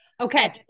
Okay